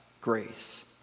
grace